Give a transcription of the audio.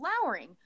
flowering